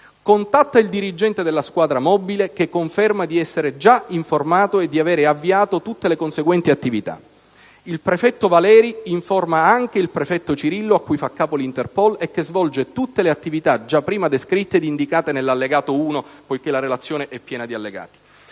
contatta il dirigente della squadra mobile che conferma di essere già informato e di aver avviato tutte le conseguenti attività. Il prefetto Valeri informa anche il prefetto Cirillo, a cui fa capo l'Interpol e che svolge tutte le attività già prima descritte ed indicate nell'allegato 1». La relazione è piena di allegati.